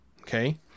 okay